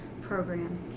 program